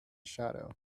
shadow